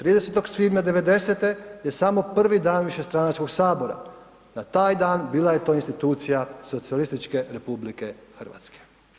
30. svibnja '90.-te je samo prvi dan višestranačkog Sabora, na taj dan bila je to institucija Socijalističke Republike Hrvatske.